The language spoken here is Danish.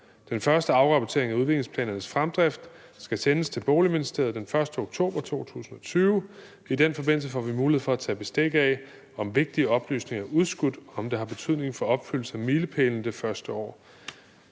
Den første afrapportering af udviklingsplanernes fremdrift skal sendes til Boligministeriet den 1. oktober 2020. I den forbindelse får vi mulighed for at tage bestik af, om vigtige oplysninger er udskudt, og om det har betydning for opfyldelsen af milepælen det første år.